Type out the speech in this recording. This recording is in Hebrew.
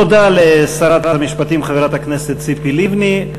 תודה לשרת המשפטים, חברת הכנסת ציפי לבני.